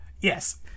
Yes